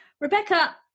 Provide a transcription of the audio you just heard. rebecca